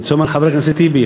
אני רוצה לומר לחבר הכנסת טיבי,